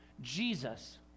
Jesus